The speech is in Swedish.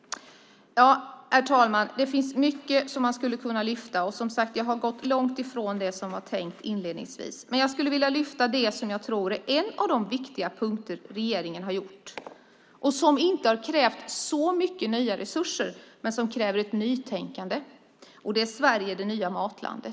Herr talman! Det finns mycket jag skulle kunna lyfta fram, men jag ska endast ta upp en av de viktiga åtgärder som regeringen vidtagit och som inte kräver så mycket nya resurser. Däremot kräver det ett nytänkande. Det handlar om Sverige som det nya matlandet.